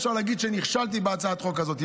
אפשר להגיד שנכשלתי בהצעת החוק הזאת.